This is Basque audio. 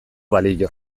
balio